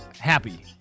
Happy